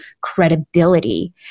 credibility